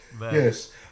yes